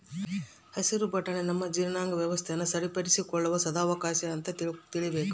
ಹಸಿರು ಬಟಾಣಿ ನಮ್ಮ ಜೀರ್ಣಾಂಗ ವ್ಯವಸ್ಥೆನ ಸರಿಪಡಿಸಿಕೊಳ್ಳುವ ಸದಾವಕಾಶ ಅಂತ ತಿಳೀಬೇಕು